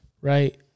right